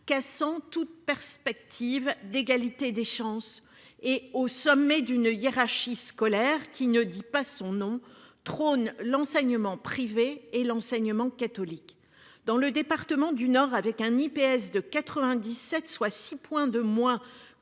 Sont toute perspective d'égalité des chances et au sommet d'une hiérarchie scolaire qui ne dit pas son nom trône l'enseignement privé et l'enseignement catholique dans le département du Nord avec un IPS de 97 soit 6 points de moins